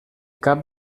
cap